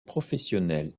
professionnelles